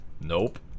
Nope